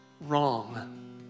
wrong